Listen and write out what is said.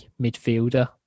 midfielder